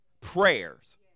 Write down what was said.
prayers